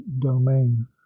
domain